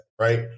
right